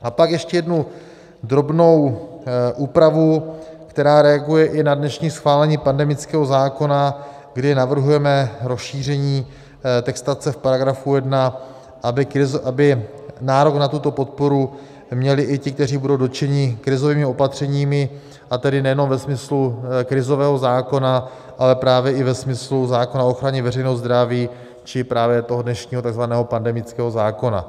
A pak ještě jednu drobnou úpravu, která reaguje i na dnešní schválení pandemického zákona, kdy navrhujeme rozšíření textace v § 1, aby nárok na tuto podporu měli i ti, kteří budou dotčeni krizovými opatřeními, a tedy nejenom ve smyslu krizového zákona, ale právě i ve smyslu zákona o ochraně veřejného zdraví či právě toho dnešního tzv. pandemického zákona.